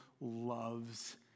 loves